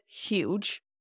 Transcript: huge